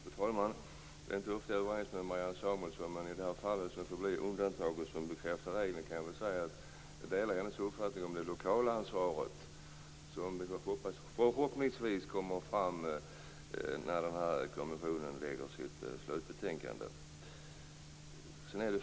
Fru talman! Det är inte ofta jag är överens med Marianne Samuelsson, men detta är undantaget som bekräftar regeln. Jag delar hennes uppfattning om det lokala ansvaret. Det kommer förhoppningsvis fram när kommissionen lägger fram sitt slutbetänkande.